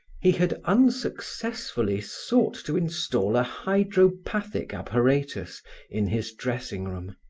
he had unsuccessfully sought to install a hydropathic apparatus in his dressing room.